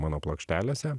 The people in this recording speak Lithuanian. mano plokštelėse